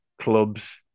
clubs